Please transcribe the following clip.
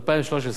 2013,